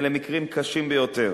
אלה מקרים קשים ביותר.